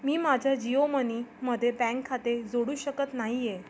मी माझ्या जिओ मनीमध्ये बँक खाते जोडू शकत नाही आहे